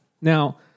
Now